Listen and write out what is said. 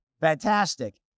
Fantastic